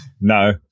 No